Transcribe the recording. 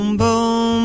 boom